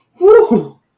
Woo